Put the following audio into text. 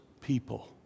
people